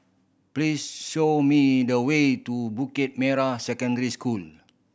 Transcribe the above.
please show me the way to Bukit Merah Secondary School